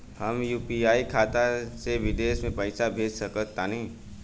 हम यू.पी.आई खाता से विदेश म पइसा भेज सक तानि?